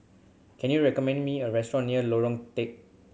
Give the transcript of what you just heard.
can you recommend me a restaurant near Lorong Telok